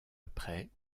après